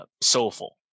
soulful